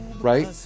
right